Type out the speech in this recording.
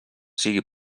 sigui